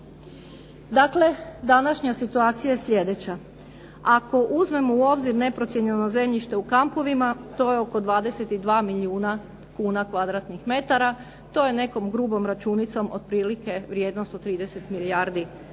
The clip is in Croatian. Dakle, današnja situacija je sljedeća. Ako uzmemo u obzir neprocijenjeno zemljište u kampovima to je oko 22 milijuna kuna kvadratnih metara, to je nekom drugom računicom otprilike vrijednost od 30 milijardi kuna,